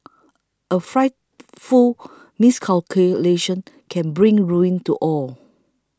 a frightful miscalculation can bring ruin to all